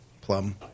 plum